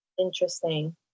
Interesting